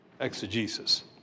exegesis